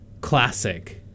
Classic